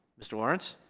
mr. lawrence?